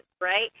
right